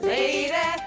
Lady